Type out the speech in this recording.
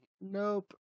Nope